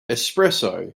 espresso